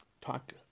talk